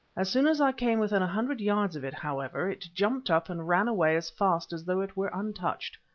as soon as i came within a hundred yards of it, however, it jumped up and ran away as fast as though it were untouched,